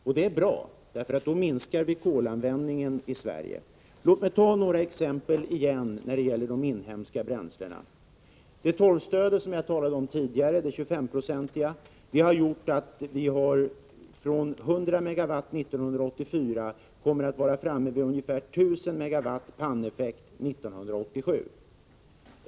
Och det är bra, för då minskar vi kolanvändningen i Sverige. Låt mig ta några ytterligare exempel när det gäller de inhemska bränslena. Det 25-procentiga torvstödet, som jag talade om tidigare, har gjort att vi från 100MW 1984 kommer att ha ungefär 1000MW panneffekt 1987.